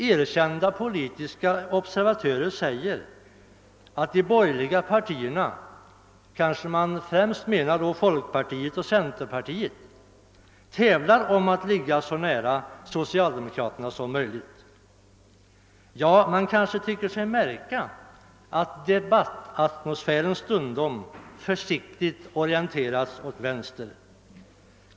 Erkända politiska observatörer säger att de borgerliga partierna — då avses kanske främst folkpartiet och centerpartiet — tävlar om att ligga så nära socialdemokraterna som möjligt. Ja, man kanske tycker sig märka att debattatmosfären stundom försiktigt orienteras åt vänster.